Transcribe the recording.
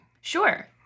Sure